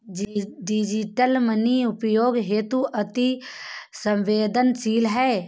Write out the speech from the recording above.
digital money उपयोग हेतु अति सवेंदनशील है